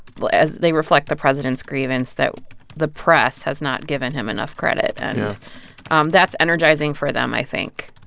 but as they reflect the president's grievance, that the press has not given him enough credit. yeah and um that's energizing for them, i think